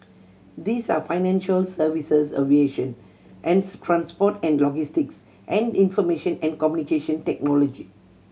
these are financial services aviation transport and logistics and information and Communication Technology